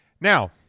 Now